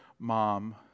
Mom